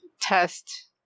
test